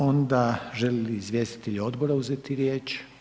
Onda žele li izvjestitelji odbora uzeti riječ?